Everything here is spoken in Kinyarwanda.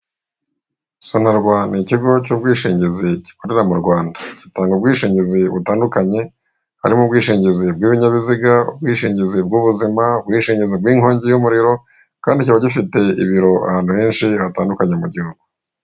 Sonarwa ni ikigo cy'ubwishingi gikorera mu Rwanda, gitanga ubwishingizi butandukanye harimo; ubwishingizi bw'ibinyabiziga, ubwishingizi bw'ubuzima, ubwishingizi bw'ingongi y'umuriro, kandi kiba gifite ibiro ahantu henshi hatandukanye mu gihugu.